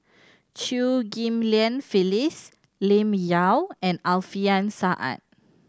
Chew Ghim Lian Phyllis Lim Yau and Alfian Sa'at